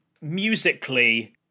musically